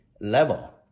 level